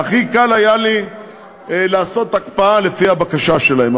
והכי קל היה לי לעשות הקפאה לפי הבקשה שלהם.